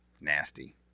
Nasty